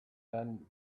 than